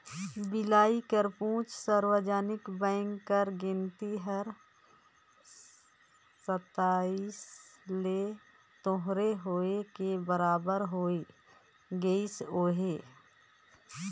बिलाए कर पाछू सार्वजनिक बेंक कर गिनती हर सताइस ले थोरहें होय के बारा होय गइस अहे